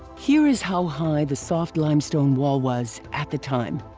here is how high the soft limestone wall was at the time.